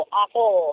awful